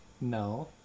No